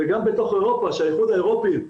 וגם בתוך אירופה, כשהאיחוד האירופי,